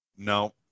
No